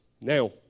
Now